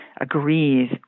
agrees